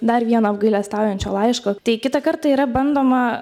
dar vieno apgailestaujančio laiško tai kitą kartą yra bandoma